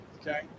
okay